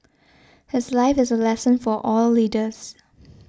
his life is a lesson for all leaders